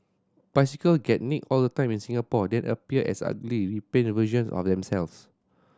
bicycle get nicked all the time in Singapore then appear as ugly repainted versions of themselves